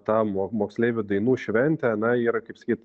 tą mo moksleivių dainų šventę na yra kaip sakyt